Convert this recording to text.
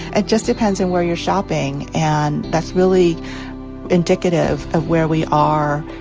it just depends on where you're shopping. and that's really indicative of where we are,